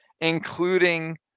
including